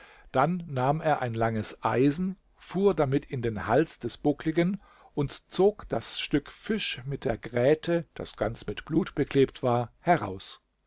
dann nahm er ein langes eisen fuhr damit in den hals des buckligen und zog das stück fisch mit der gräte das ganz mit blut beklebt war heraus